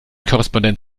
korrespondent